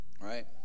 Right